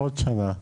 בעוד שנה.